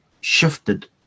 shifted